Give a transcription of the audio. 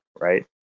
right